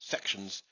Sections